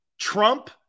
Trump